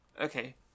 Okay